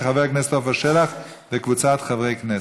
של חבר הכנסת עפר שלח וקבוצת חברי הכנסת.